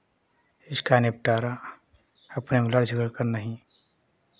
इसका निपटारा अपने कर नहीं